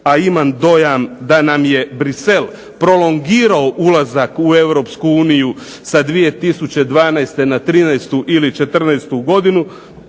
a imam dojam da nam je Bruxelles prolongirao ulazak u Europsku uniju 2012. na 13 ili 14 godinu,